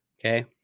Okay